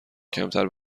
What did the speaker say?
کمتر